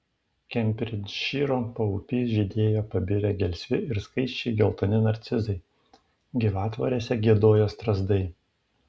kembridžšyro paupy žydėjo pabirę gelsvi ir skaisčiai geltoni narcizai gyvatvorėse giedojo strazdai